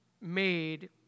made